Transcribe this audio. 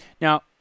Now